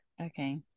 Okay